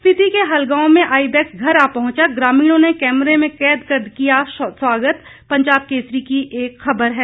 स्पीति के हल गांव में आइबैक्स घर आ पहुंचा ग्रामीणों ने कैमरे में कैद कर किया स्वागत पंजाब केसरी की एक खबर है